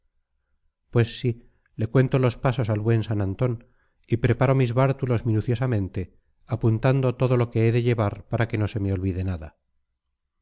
pues sí le cuento los pasos al buen san antón y preparo mis bártulos minuciosamente apuntando todo lo que he de llevar para que no se me olvide nada